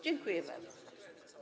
Dziękuję bardzo.